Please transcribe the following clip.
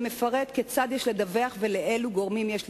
שמפרט כיצד יש לדווח ולאילו גורמים יש לפנות,